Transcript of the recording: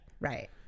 Right